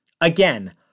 Again